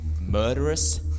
murderous